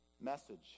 message